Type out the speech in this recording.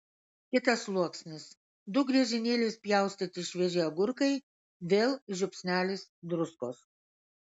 kitas sluoksnis du griežinėliais pjaustyti švieži agurkai vėl žiupsnelis druskos